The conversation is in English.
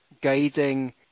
guiding